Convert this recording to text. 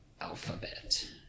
alphabet